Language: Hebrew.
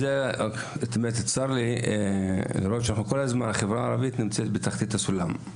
צר לי לראות שכל הזמן החברה הערבית נמצאת בתחתית הסולם,